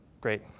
great